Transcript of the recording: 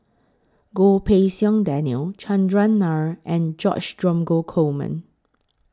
Goh Pei Siong Daniel Chandran Nair and George Dromgold Coleman